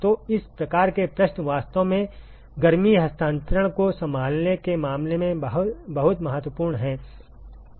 तो इस प्रकार के प्रश्न वास्तव में गर्मी हस्तांतरण को संभालने के मामले में बहुत महत्वपूर्ण हैं